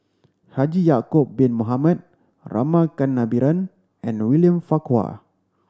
Haji Ya'acob Bin Mohamed Rama Kannabiran and William Farquhar